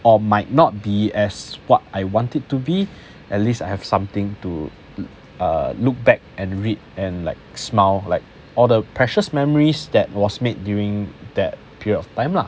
or might not be as what I want it to be at least I have something to uh look back and read and like smile like all the precious memories that was made during that period of time lah